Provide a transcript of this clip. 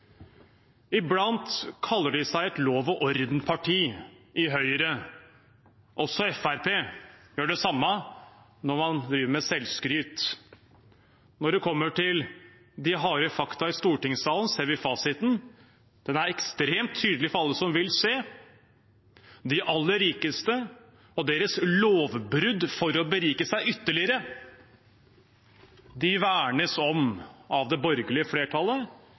Iblant kaller Høyre seg et lov-og-orden-parti. Fremskrittspartiet gjør det samme når man driver med selvskryt. Når det kommer til de harde fakta i stortingssalen, ser vi fasiten – den er ekstremt tydelig for alle som vil se: De aller rikeste og deres lovbrudd for å berike seg ytterligere vernes om av det borgerlige flertallet.